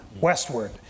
Westward